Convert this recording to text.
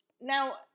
Now